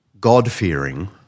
God-fearing